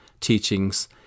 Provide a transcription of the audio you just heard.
teachings